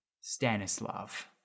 Stanislav